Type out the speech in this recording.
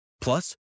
Plus